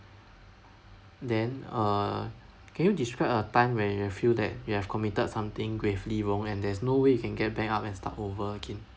then uh can you describe a time when you feel that you have committed something gravely wrong and there's no way you can get back up and start over again